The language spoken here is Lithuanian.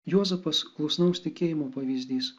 juozapas klusnaus tikėjimo pavyzdys